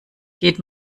geht